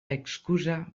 excusa